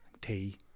tea